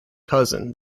cousin